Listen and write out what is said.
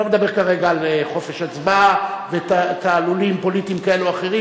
אני לא מדבר כרגע על חופש הצבעה ותעלולים פוליטיים כאלה או אחרים.